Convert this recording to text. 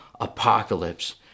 apocalypse